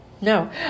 No